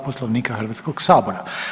Poslovnika Hrvatskog sabora.